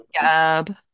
gab